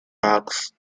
parks